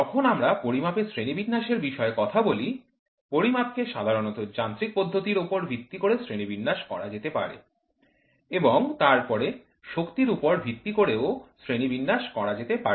যখন আমরা পরিমাপের শ্রেণিবিন্যাসের বিষয়ে কথা বলি পরিমাপকে সাধারণত যান্ত্রিক পদ্ধতির উপর ভিত্তি করে শ্রেণিবিন্যাস করা যেতে পারে এবং তারপরে শক্তির উপর ভিত্তি করে ও শ্রেণীবিন্যাস করা যেতে পারে